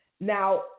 Now